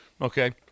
Okay